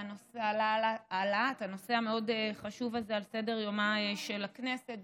העלאת הנושא המאוד-חשוב הזה על סדר-יומה של הכנסת,